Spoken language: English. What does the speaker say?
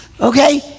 okay